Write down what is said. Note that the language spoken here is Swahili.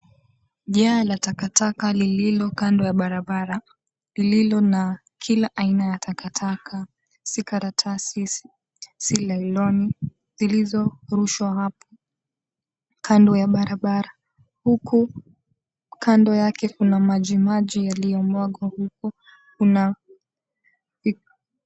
Jaa la takataka lilo kando ya barabara, lililo na kila aina ya takataka, si karatasi, si nyloni zilizorushwa hapo kando ya barabara huku kando yake kuna majimaji yaliyomwagwa huko kuna.